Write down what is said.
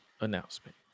announcement